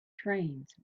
trains